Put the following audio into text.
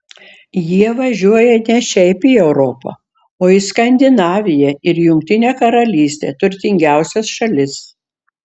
jie važiuoja ne šiaip į europą o į skandinaviją ir jungtinę karalystę turtingiausias šalis